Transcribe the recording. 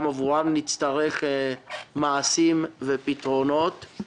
גם עבורם נצטרך מעשים ופתרונות.